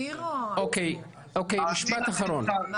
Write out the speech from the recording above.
זה